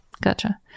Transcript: Gotcha